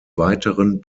weiteren